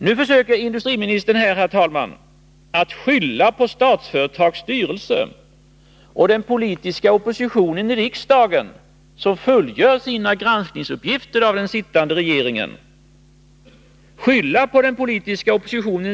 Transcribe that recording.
Nu försöker industriministern, herr talman, att skylla på Statsföretags styrelse och den politiska oppositionen i riksdagen, som fullgör sina uppgifter när det gäller granskningen av den sittande regeringen.